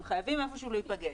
הם צריכים איפשהו להיפגש.